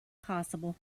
possible